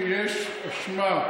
אם יש אשמה,